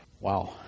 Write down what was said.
Wow